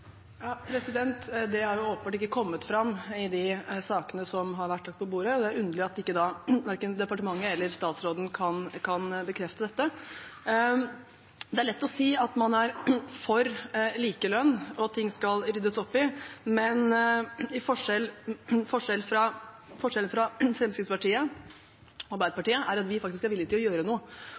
Det har åpenbart ikke kommet fram i de sakene som har vært lagt på bordet, og det er underlig at ikke verken departementet eller statsråden da kan bekrefte dette. Det er lett å si at man er for likelønn, og at ting skal ryddes opp i. Men til forskjell fra Fremskrittspartiet er vi i Arbeiderpartiet faktisk villige til å gjøre noe, og vi har gjennom de siste årene fremmet en rekke forslag for å